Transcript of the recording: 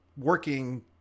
working